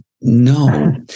No